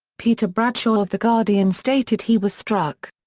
peter bradshaw of the guardian stated he was struck.